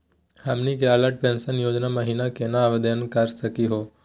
हमनी के अटल पेंसन योजना महिना केना आवेदन करे सकनी हो?